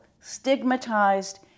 stigmatized